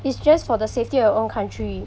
it's just for the safety of your own country